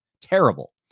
terrible